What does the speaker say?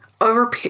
over